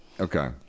Okay